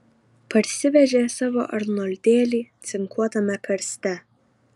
parsivežė savo arnoldėlį cinkuotame karste